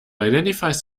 identifies